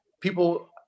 people